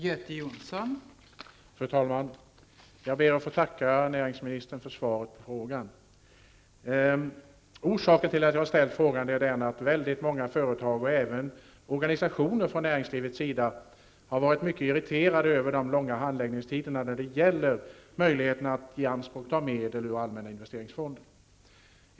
Fru talman! Jag ber att få tacka näringsministern för svaret på frågan. Orsaken till att jag ställde frågan är att väldigt många företag och även näringslivsorganisationer har varit mycket irriterade över de långa handläggningstiderna när det gäller möjligheten att ta i anspråk medel ur allmänna investeringsfonder.